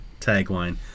tagline